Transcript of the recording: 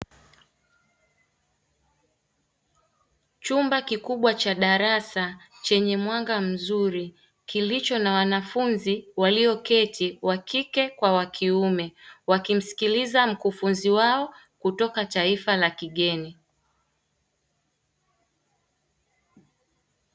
Chumba kikubwa cha darasa chenye mwanga mzuri kilicho na wanafunzi walioketi wakike kwa wa kiume wakimsikiliza mkufunzi wao kutoka taifa la kigeni.